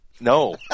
no